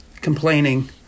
complaining